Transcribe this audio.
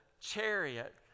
chariot